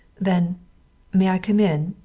then may i come in?